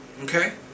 Okay